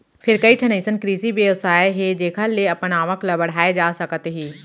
फेर कइठन अइसन कृषि बेवसाय हे जेखर ले अपन आवक ल बड़हाए जा सकत हे